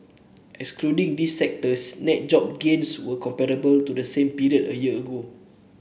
excluding these sectors net job gains were comparable to the same period a year ago